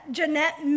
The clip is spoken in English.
Jeanette